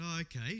Okay